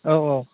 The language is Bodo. औ औ